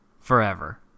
Forever